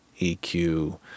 EQ